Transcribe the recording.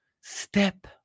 step